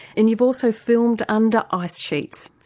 and you've also filmed under ice sheets.